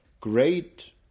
Great